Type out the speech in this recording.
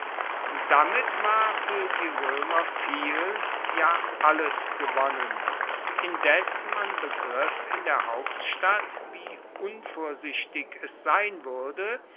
damit war fuer die roemer viel ja alles gewonnen indes man begriff in der hauptstadt wie unvorsichtig es sein wuerde